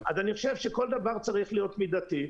אז אני חושב שכל דבר צריך להיות מידתי,